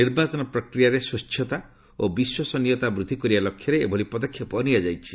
ନିର୍ବାଚନ ପ୍ରକ୍ରିୟାରେ ସ୍ୱଚ୍ଛତା ଓ ବିଶ୍ୱସନୀୟତା ବୃଦ୍ଧି କରିବା ଲକ୍ଷ୍ୟରେ ଏଭଳି ପଦକ୍ଷେପ ନିଆଯାଇଛି